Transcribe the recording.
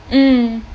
mm